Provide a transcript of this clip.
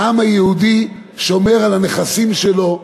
העם היהודי שומר על הנכסים שלו.